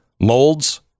molds